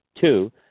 Two